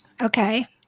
Okay